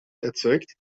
erzeugt